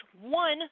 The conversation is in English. one